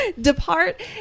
depart